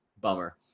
Bummer